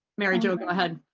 mary jo, go ahead.